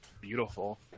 beautiful